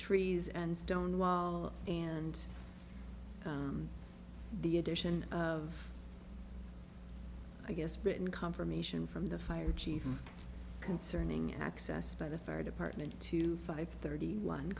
trees and stone wall and the addition of i guess written confirmation from the fire chief concerning access by the fire department to five thirty one